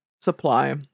supply